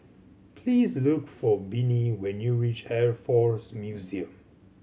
please look for Bennie when you reach Air Force Museum